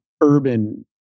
urban